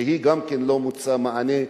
שגם היא לא מוצאת מענה,